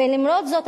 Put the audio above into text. ולמרות זאת,